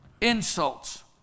insults